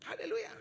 Hallelujah